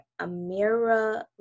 Amira